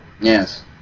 Yes